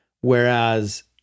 Whereas